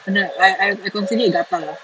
I I consider it gatal lah